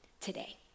today